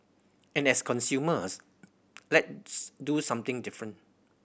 and as consumers let's do something different